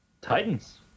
Titans